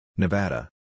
Nevada